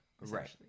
Right